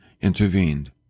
intervened